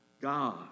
God